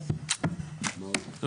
0